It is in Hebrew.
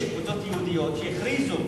יש קבוצות יהודיות שהכריזו